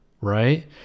Right